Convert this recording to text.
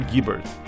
Gibbard